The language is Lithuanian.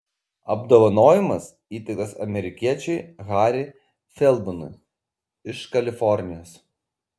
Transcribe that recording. apdovanojimas įteiktas amerikiečiui harry feldmanui iš kalifornijos